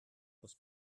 aus